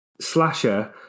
slasher